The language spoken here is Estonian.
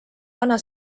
vana